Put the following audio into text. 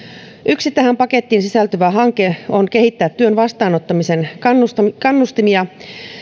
yksi tähän pakettiin sisältyvä hanke on kehittää työn vastaanottamisen kannustimia